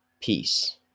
peace